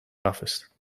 office